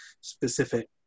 specific